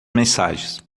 mensagens